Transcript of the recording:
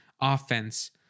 offense